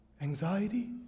anxiety